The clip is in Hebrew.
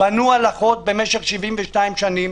בנו הלכות במשך 72 שנים.